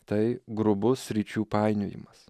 tai grubus sričių painiojimas